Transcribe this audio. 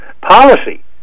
policy